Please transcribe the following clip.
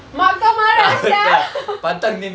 mak kau marah sia